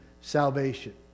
salvation